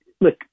look